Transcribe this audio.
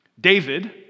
David